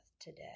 today